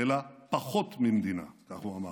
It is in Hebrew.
אלא פחות ממדינה, כך הוא אמר.